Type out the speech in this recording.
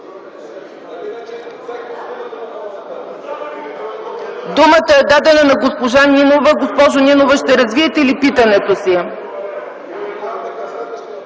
Думата е дадена на госпожа Нинова. Госпожо Нинова, ще развиете ли питането си?